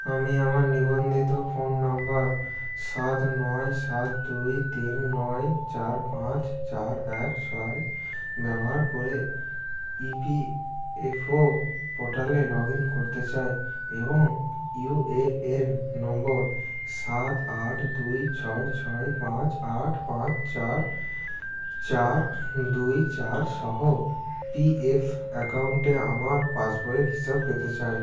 আমি আমার নিবন্ধিত ফোন নাম্বার সাত নয় সাত দুই তিন নয় চার পাঁচ চার এক ছয় ব্যবহার করে ইপিএফও পোর্টালে লগইন করতে চাই এবং ইউএএন নম্বর সাত আট দুই ছয় ছয় পাঁচ আট পাঁচ চার চার দুই চার সহ পিএফ অ্যাকাউন্টে আমার পাসবইয়ের হিসাব পেতে চাই